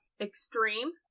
extreme